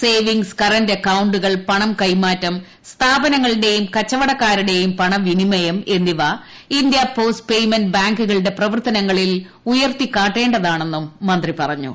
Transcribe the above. savings current അക്കൌ ുകൾ പണം കൈമാറ്റം സ്ഥാപനങ്ങളുടെയും ്കച്ചവടക്കാരുടെയും പണവിനിമയം എന്നിവ ഇന്ത്യ പോസ്റ്റ് പേയ്മെന്റ് ബാങ്കുകളുടെ പ്രവർത്തനങ്ങളിൽ ഉയർത്തിക്കാട്ടേ താണെന്നും മന്ത്രി പറഞ്ഞു